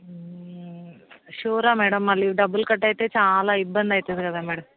షూరా madam మళ్ళీ డబ్బులు cut అయితే చాలా ఇబ్బంది అవుతుంది కదా మ్యాడమ్